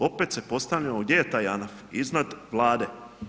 Opet se postavljamo gdje je taj JANAF, iznad Vlade.